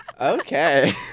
Okay